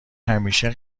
همیشه